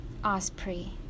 Osprey